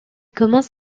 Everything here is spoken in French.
commence